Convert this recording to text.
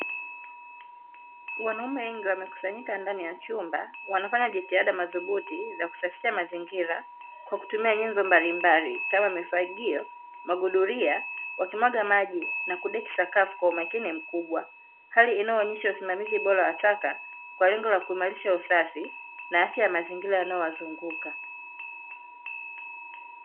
Wanaume wengi wamekusanyika ndani ya chumba wanafanya jitihada madhubuti, za kusafisha mazingira kwa kutumia nyenzo mbalimbali kama mifagio, maguduria, wakimwaga maji na kudeki sakafu kwa umakini mkubwa. Hali inayonesha usimamizi bora wa taka, kwa lengo la kuimarisha usafi na afya ya mazingira yanayo wazunguka.